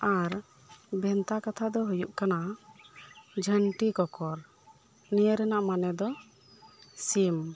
ᱟᱨ ᱵᱷᱮᱱᱛᱟ ᱠᱟᱛᱷᱟ ᱫᱚ ᱦᱩᱭᱩᱜ ᱠᱟᱱᱟ ᱡᱷᱟᱹᱱᱴᱤ ᱠᱚᱠᱚᱨ ᱱᱤᱭᱟᱹ ᱨᱮᱱᱟᱜ ᱢᱟᱱᱮ ᱫᱚ ᱥᱤᱢ